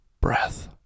breath